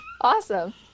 awesome